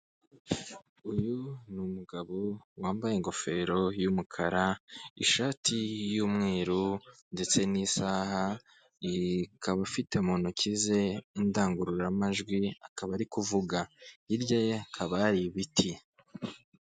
Uyu ni umugabo wambaye ingofero y'umukara ishati y'umweru ndetse n'isaha, akaba ufite mu ntoki ze indangururamajwi akaba ari kuvuga, hirya ye hakaba hari ibiti.